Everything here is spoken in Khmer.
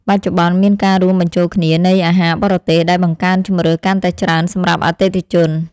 បច្ចុប្បន្នមានការរួមបញ្ចូលគ្នានៃអាហារបរទេស ដែលបង្កើនជម្រើសកាន់តែច្រើនសម្រាប់អតិថិជន។